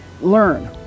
learn